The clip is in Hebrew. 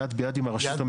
יד ביד עם הרשות המקומית.